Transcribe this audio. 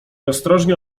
ostrożnie